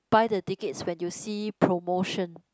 buy the tickets when you see promotion